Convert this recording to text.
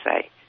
say